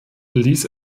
ließ